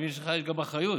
לך יש גם אחריות,